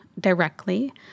directly